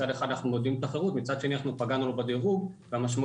מצד אחד אנחנו מעודדים תחרות ומצד שני פגענו לו בדירוג והמשמעות